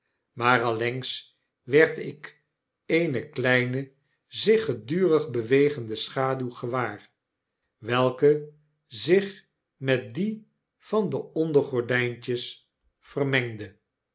maar allengs werd ik eene kleine zich gedurig bewegende schaduw gewaar welke zich met die van de ondergordijntjes vermengde